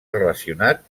relacionat